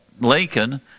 Lincoln